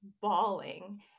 bawling